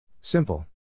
Simple